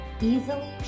easily